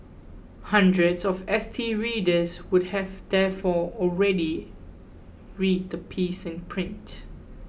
hundreds of S T readers would have therefore already read the piece in print